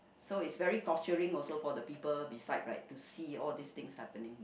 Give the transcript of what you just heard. so is very torturing also for the people beside right to see all this things happening